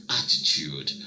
attitude